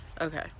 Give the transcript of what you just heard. Okay